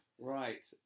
Right